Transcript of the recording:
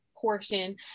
portion